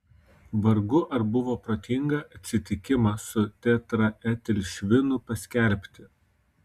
vargu ar buvo protinga atsitikimą su tetraetilšvinu paskelbti